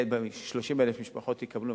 30,000 משפחות יקבלו,